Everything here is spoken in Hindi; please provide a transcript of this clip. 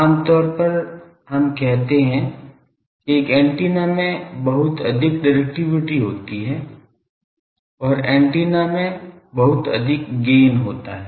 आम तौर पर हम कहते हैं कि एक एंटीना में बहुत अधिक डिरेक्टिविटी होती है और एंटीना में बहुत अधिक गैन होता है